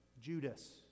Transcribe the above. Judas